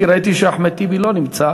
כי ראיתי שאחמד טיבי לא נמצא,